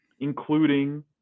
including